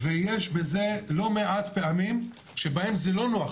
יש בזה לא מעט פעמים שבהם זה לא נוח.